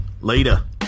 later